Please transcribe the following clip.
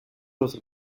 los